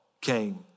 came